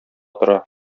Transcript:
тора